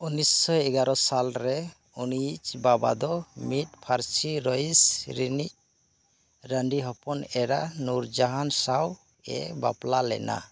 ᱩᱱᱱᱤᱥᱚ ᱮᱜᱟᱨᱚ ᱥᱟᱞ ᱨᱮ ᱩᱱᱤᱭᱤᱡ ᱵᱟᱵᱟ ᱫᱚ ᱢᱤᱫ ᱯᱷᱟᱨᱥᱤ ᱨᱚᱭᱤᱡ ᱨᱤᱱᱤᱡ ᱨᱟᱺᱰᱤ ᱦᱚᱯᱚᱱ ᱮᱨᱟ ᱱᱩᱨᱡᱟᱦᱟᱱ ᱥᱟᱶ ᱮ ᱵᱟᱯᱞᱟ ᱞᱮᱱᱟ